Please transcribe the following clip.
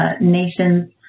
nations